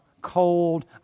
cold